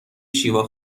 شیوا